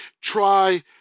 try